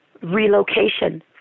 relocation